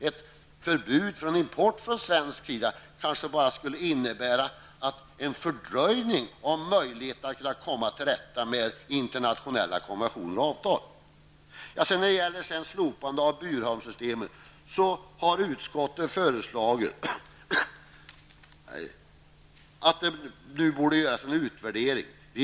Ett förbud för import till Sverige kanske bara skulle innebära en fördröjning av möjligheterna att komma till rätta med problemen genom internationella konventioner och avtal. Slopande av burhönssystemet har utskottet föreslagit att det borde göras en utvärdering av.